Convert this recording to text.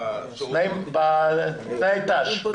בתנאי ת"ש.